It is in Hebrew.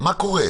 מה קורה?